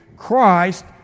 Christ